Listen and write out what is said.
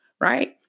Right